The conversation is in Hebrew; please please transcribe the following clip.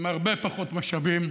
עם הרבה פחות משאבים,